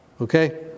okay